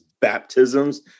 baptisms